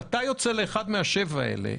אם אתה יוצא לאחת משש המדינות האלה,